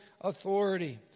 authority